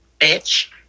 Bitch